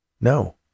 No